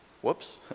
Whoops